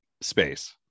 space